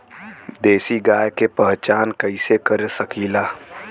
देशी गाय के पहचान कइसे कर सकीला?